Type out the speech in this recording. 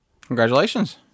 Congratulations